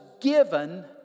given